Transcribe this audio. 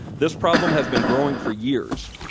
this problem has been growing for years.